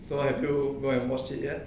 so have you go and watch it yet